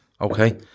okay